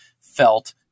felt